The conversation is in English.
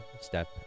step